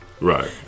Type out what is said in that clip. Right